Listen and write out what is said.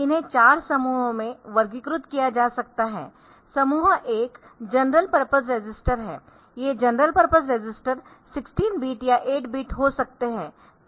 इन्हें 4 समूहों में वर्गीकृत किया जा सकता है समूह एक जनरल पर्पस रजिस्टर है ये जनरल पर्पस रजिस्टर 16 बिट या 8 बिट हो सकते है